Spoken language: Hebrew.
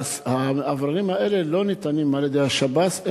המאווררים האלה לא ניתנים על-ידי השב"ס,